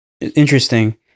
Interesting